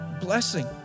blessing